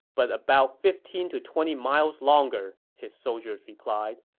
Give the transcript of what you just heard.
but about fifteen to twenty miles longer, his soldiers replied.